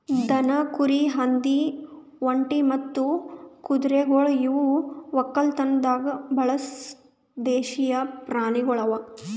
ದನ, ಕುರಿ, ಹಂದಿ, ಒಂಟಿ ಮತ್ತ ಕುದುರೆಗೊಳ್ ಇವು ಒಕ್ಕಲತನದಾಗ್ ಬಳಸ ದೇಶೀಯ ಪ್ರಾಣಿಗೊಳ್ ಅವಾ